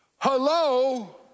Hello